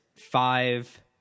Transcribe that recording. five